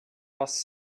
was